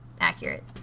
Accurate